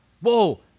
whoa